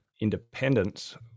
independence